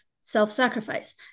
self-sacrifice